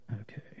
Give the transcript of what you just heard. Okay